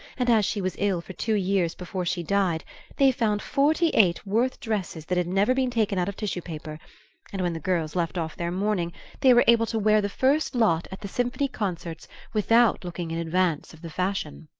and as she was ill for two years before she died they found forty-eight worth dresses that had never been taken out of tissue paper and when the girls left off their mourning they were able to wear the first lot at the symphony concerts without looking in advance of the fashion.